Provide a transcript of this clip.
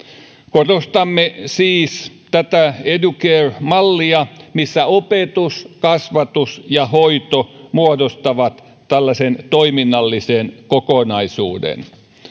korostamme siis tätä educare mallia missä opetus kasvatus ja hoito muodostavat tällaisen toiminnallisen kokonaisuuden